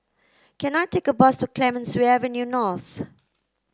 can I take a bus to Clemenceau Avenue North